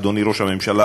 אדוני ראש הממשלה,